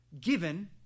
given